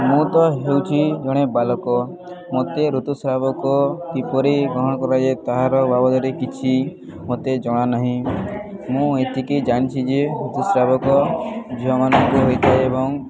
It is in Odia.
ମୁଁ ତ ହେଉଛି ଜଣେ ବାଳକ ମୋତେ ଋତୁସ୍ରାବ କିପରି ଗ୍ରହଣ କରାଯାଏ ତାହାର ବାବଦରେ କିଛି ମୋତେ ଜଣାନାହିଁ ମୁଁ ଏତିକି ଜାଣିଛିି ଯେ ଋତୁସ୍ରାବ ଝିଅମାନଙ୍କୁ ହୋଇଥାଏ ଏବଂ